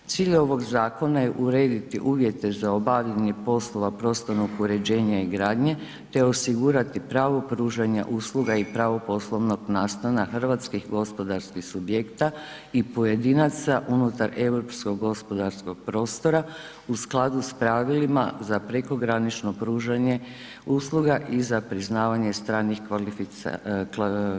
Cilj ovog zakona je urediti uvjete za obavljanje poslova prostornog uređenja i gradnje te osigurati pravo pružanja usluga i pravo poslovnog nastana hrvatskih gospodarskih subjekta i pojedinaca unutar europskog gospodarskog prostora u skladu sa pravilima za prekogranično pružanje usluga i za priznavanje stranih kvalifikacija.